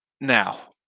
Now